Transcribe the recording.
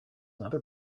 another